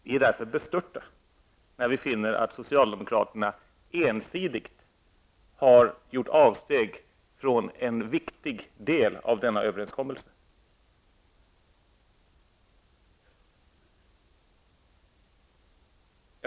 Vi blir därför bestörta när vi finner att socialdemokraterna ensidigt har gjort avsteg från en viktig del av denna överenskommelse.